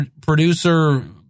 producer